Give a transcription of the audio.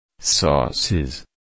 Sauces